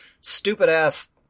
stupid-ass